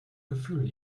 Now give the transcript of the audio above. gefühl